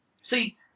See